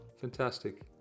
Fantastic